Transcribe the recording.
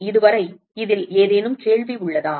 இதுவரை இதில் ஏதேனும் கேள்வி உள்ளதா